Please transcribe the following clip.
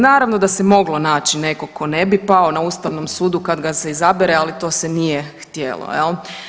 Naravno da se moglo naći nekog tko ne bi pao na Ustavnom sudu kad ga se izabere, ali to se nije htjelo jel.